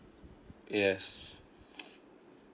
yes